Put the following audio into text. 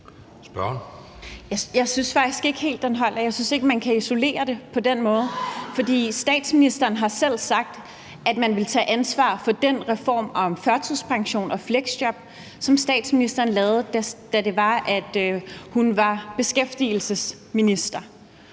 Jeg synes ikke, at man kan isolere det på den måde, for statsministeren har selv sagt, at man vil tage ansvar for den reform af førtidspension og fleksjob, som statsministeren lavede, da hun var beskæftigelsesminister.